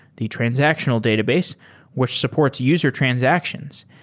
the transactional database which supports user transactions,